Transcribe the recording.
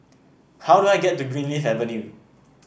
how do I get to Greenleaf Avenue